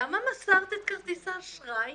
למה מסרת את כרטיס האשראי?